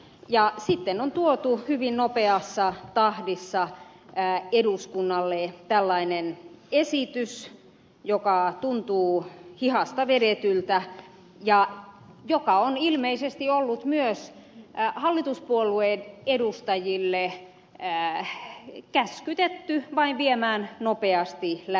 ja sitten on tuotu hyvin nopeassa tahdissa eduskunnalle tällainen esitys joka tuntuu hihasta vedetyltä ja myös ilmeisesti on hallituspuolueen edustajia käskytetty vain viemään se nopeasti läpi